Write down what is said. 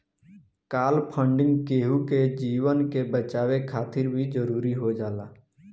काल funding केहु के जीवन के बचावे खातिर भी जरुरी हो जाला